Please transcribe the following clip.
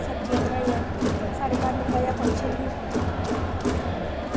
सब्जियां बनाइयां साढ़े घर निक्का जेहा फंक्शन ही